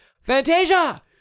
Fantasia